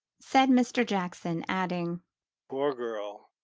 said mr. jackson adding poor girl!